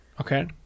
okay